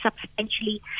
substantially